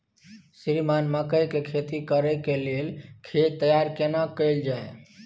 श्रीमान मकई के खेती कॉर के लेल खेत तैयार केना कैल जाए?